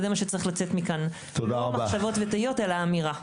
וזה מה שצריך לצאת מכאן לא מחשבות ותהיות אלא אמירה.